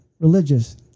religious